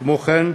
כמו כן,